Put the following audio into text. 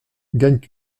gagnent